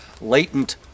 latent